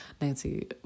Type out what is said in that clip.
Nancy